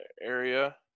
area